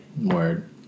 Word